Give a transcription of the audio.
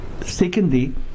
secondly